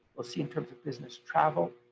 we'll see in terms of business travel.